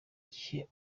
gihe